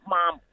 Mom